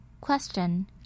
Question